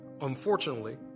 Unfortunately